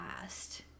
last